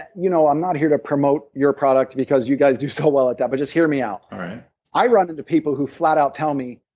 you know i'm not here to promote your product, because you guys do so well at that but just hear me out all right i run into people who flat out tell me,